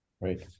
Right